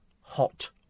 hot